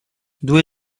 due